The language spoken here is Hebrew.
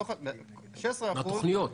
מהתוכניות.